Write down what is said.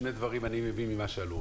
אני מבין שני דברים ממה שנאמר.